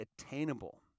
attainable